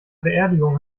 beerdigung